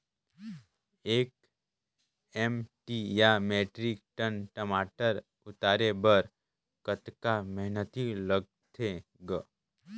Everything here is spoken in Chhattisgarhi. एक एम.टी या मीट्रिक टन टमाटर उतारे बर कतका मेहनती लगथे ग?